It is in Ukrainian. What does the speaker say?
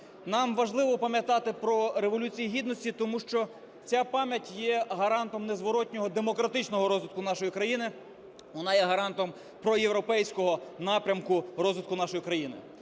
Нам важливо пам'ятати про Революцію Гідності, тому що ця пам'ять є гарантом незворотного демократичного розвитку нашої країни, вона є гарантом проєвропейського напрямку розвитку нашої країни.